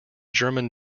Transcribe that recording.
german